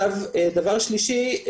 דבר שלישי,